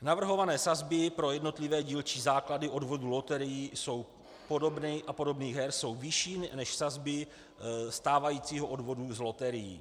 Navrhované sazby pro jednotlivé dílčí základy odvodů loterií a podobných her jsou vyšší než sazby stávajícího odvodu z loterií.